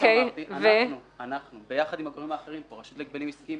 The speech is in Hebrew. אנחנו ביחד עם הגורמים האחרים כמו רשות להגבלים עסקיים